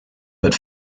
but